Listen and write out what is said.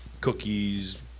cookies